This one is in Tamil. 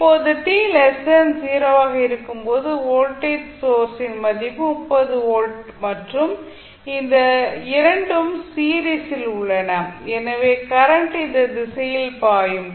இப்போது t 0 ஆக இருக்கும் போது வோல்டேஜ் சோர்ஸின் மதிப்பு 30 வோல்ட் மற்றும் இந்த 2 ம் சீரிஸ் ல் உள்ளன ஏனெனில் கரண்ட் இந்த திசையில் பாயும்